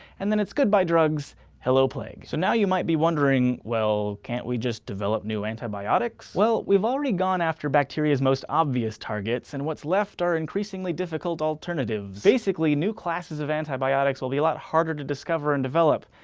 and then it's goodbye drugs hello plague. so now you might be wondering well, can't we just develop new antibiotics? well, we've already gone after bacteria's most obvious targets. and what's left are increasingly difficult alternatives. basically, new classes of antibiotics will be a lot harder to discover and develop.